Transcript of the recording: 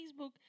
Facebook